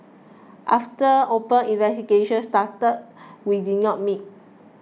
after open investigations started we did not meet